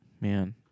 Man